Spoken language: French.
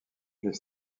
les